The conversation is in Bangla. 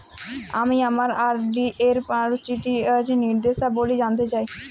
আমি আমার আর.ডি এর মাচুরিটি নির্দেশাবলী জানতে চাই